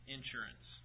Insurance